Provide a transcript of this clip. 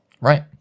Right